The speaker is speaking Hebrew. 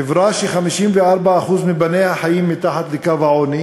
חברה ש-54% מבניה חיים מתחת לקו העוני